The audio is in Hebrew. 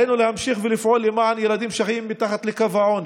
עלינו להמשיך ולפעול למען ילדים שחיים מתחת לקו העוני,